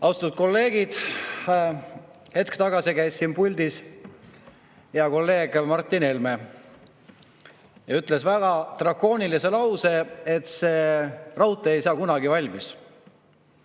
Austatud kolleegid! Hetk tagasi käis siin puldis hea kolleeg Martin Helme ja ütles väga drakoonilise lause, et see raudtee ei saa kunagi valmis.